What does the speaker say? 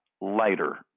Lighter